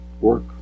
work